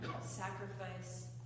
sacrifice